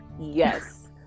yes